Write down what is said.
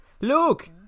Look